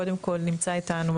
קודם כל נמצא איתנו,